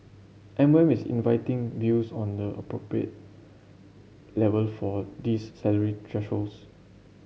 M O M is inviting views on the appropriate level for these salary thresholds